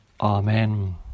Amen